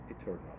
eternal